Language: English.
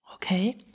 Okay